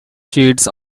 shades